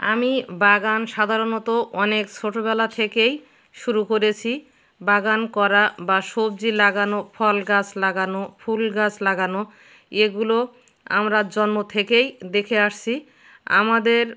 আমি বাগান সাধারণত অনেক ছোটবেলা থেকেই শুরু করেছি বাগান করা বা সবজি লাগানো ফল গাছ লাগানো ফুল গাছ লাগানো এগুলো আমরা জন্ম থেকেই দেখে আসছি আমাদের